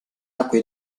acque